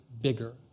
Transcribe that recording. bigger